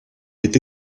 est